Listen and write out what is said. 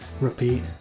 repeat